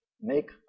make